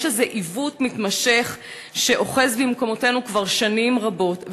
יש איזה עיוות מתמשך שאוחז במקומותינו כבר שנים רבות.